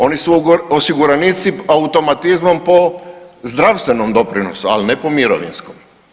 Oni su osiguranici automatizmom po zdravstvenom doprinosu, ali ne po mirovinskom.